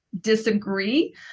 disagree